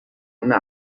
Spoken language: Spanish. una